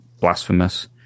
blasphemous